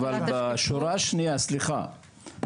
אבל סליחה,